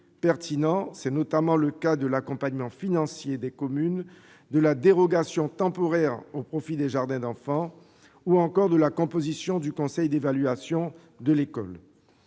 pertinents, c'est notamment le cas de l'accompagnement financier des communes, de la dérogation temporaire au profit des jardins d'enfants ou encore de la composition du conseil d'évaluation de l'école.